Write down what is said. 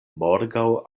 morgaŭ